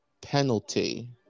Penalty